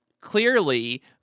clearly